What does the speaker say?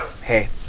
Hey